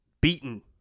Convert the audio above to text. beaten